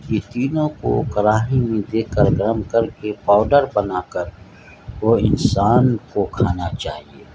یہ تینوں کو کراہی میں دے کر گرم کر کے پاؤڈر بنا کر وہ انسان کو کھانا چاہیے